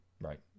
right